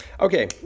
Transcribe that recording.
Okay